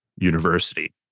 University